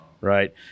Right